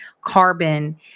carbon